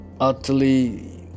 utterly